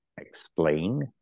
explain